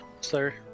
sir